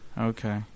Okay